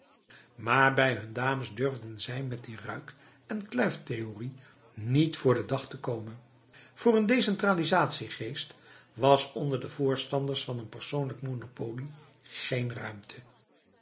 maar bij hun dames durfden zij met die ruik en kluiftheorie niet voor den dag komen voor een decentralisatiegeest was onder de voorstanders van een persoonlijk monopolie geen ruimte